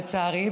לצערי,